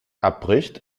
abbricht